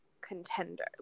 contender